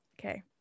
Okay